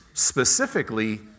specifically